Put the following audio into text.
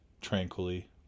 tranquilly